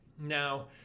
Now